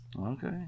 Okay